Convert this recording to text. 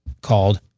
called